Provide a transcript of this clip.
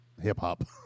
Hip-hop